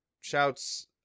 shouts